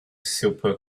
super